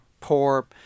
poor